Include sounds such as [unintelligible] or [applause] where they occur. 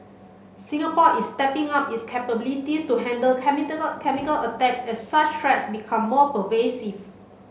Singapore is stepping up its capabilities to handle [unintelligible] chemical attack as such threats become more pervasive